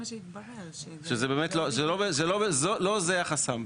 לא זה החסם.